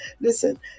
Listen